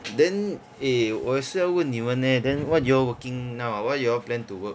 then eh 我也是要问你们 leh then what you all working now or what you all plan to work